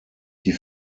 die